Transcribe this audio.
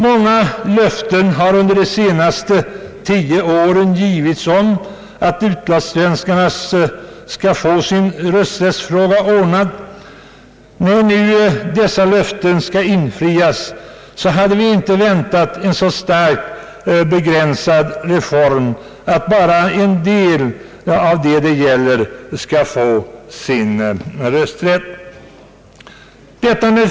Många löften har under de senaste tio åren givits om att utlandssvenskarna skall få sin rösträttsfråga ordnad. När nu dessa löften skall infrias, hade vi inte väntat en så begränsad reform att endast en del av dem det gäller skall få sin rösträtt.